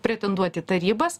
pretenduot į tarybas